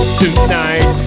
tonight